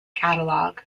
catalogue